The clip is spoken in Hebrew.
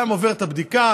אדם עובר את הבדיקה,